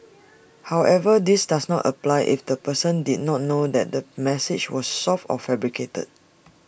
however this does not apply if the person did not know that the message was false or fabricated